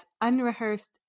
unrehearsed